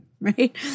right